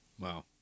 Wow